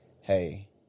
hey